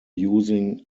using